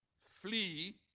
flee